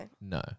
no